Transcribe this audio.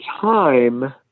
time